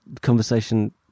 conversation